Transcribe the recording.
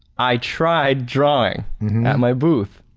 i tried drawing at my booth.